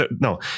No